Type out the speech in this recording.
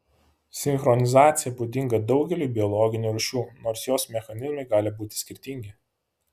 sinchronizacija būdinga daugeliui biologinių rūšių nors jos mechanizmai gali būti skirtingi